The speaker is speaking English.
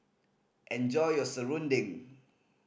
enjoy your serunding